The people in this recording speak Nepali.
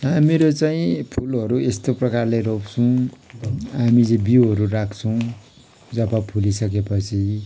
हामीरू चाहिँ फुलहरू यस्तो प्रकारले रोप्छौँ हामी चाहिँ बिउहरू राख्छौँ जब फुलिसकेपछि